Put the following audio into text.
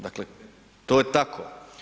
Dakle, to je tako.